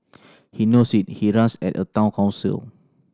he knows it he runs at a Town Council